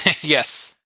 Yes